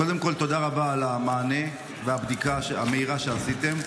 קודם כול תודה רבה על המענה ועל הבדיקה המהירה שעשיתם.